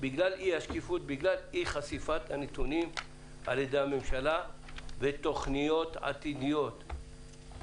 בגלל אי-חשיפת הנתונים על-ידי הממשלה ותוכניות עתידיות.